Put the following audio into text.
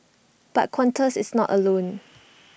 but Qantas is not alone